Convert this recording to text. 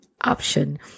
option